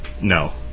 no